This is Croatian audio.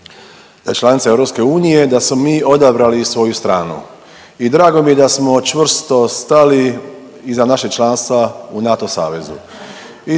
da je članica EU i da smo mi odabrali svoju stranu i drago mi je da smo čvrsto stali iza našeg članstva u NATO savezu